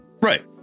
right